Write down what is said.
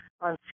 on